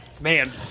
Man